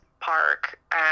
park